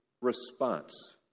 response